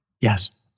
Yes